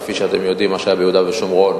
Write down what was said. כפי שאתם יודעים מה שהיה ביהודה ושומרון,